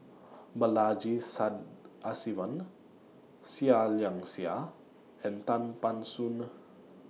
Balaji Sadasivan Seah Liang Seah and Tan Ban Soon